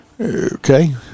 okay